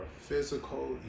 physical